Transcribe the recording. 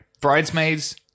Bridesmaids